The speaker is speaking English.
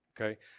okay